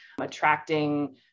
attracting